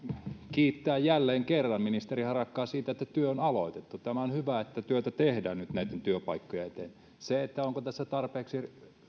kiittää jälleen kerran ministeri harakkaa siitä että työ on aloitettu tämä on hyvä että työtä tehdään nyt näitten työpaikkojen eteen se onko tässä